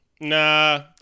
nah